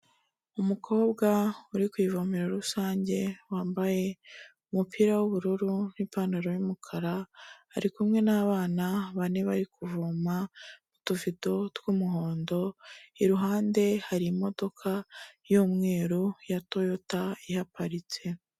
Umukobwa uri ku ivome rusange wambaye umupira w'ubururu n'pantaro yumukara arikumwe n'abana bane bari kuvoma utuvido tw'umuhondo iruhande hari imodoka y'umweru ya toyota iparitse.